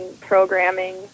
programming